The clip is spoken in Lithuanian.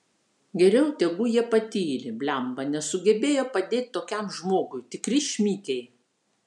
geriau tegu jie patyli blemba nesugebejo padėt tokiam žmogui tikri šmikiai